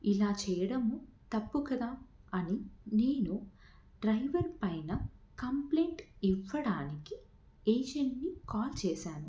ఇలా చేయడము తప్పు కదా అని నేను డ్రైవర్ పైన కంప్లయింట్ ఇవ్వడానికి ఏజెంట్ని కాల్ చేశాను